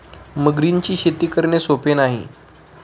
मगरींची शेती करणे सोपे नाही